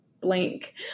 blank